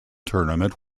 tournament